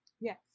Yes